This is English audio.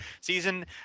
season